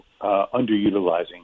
underutilizing